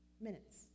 Minutes